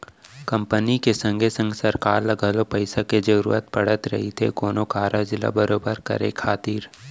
company के संगे संग सरकार ल घलौ पइसा के जरूरत पड़त रहिथे कोनो कारज ल बरोबर करे खातिर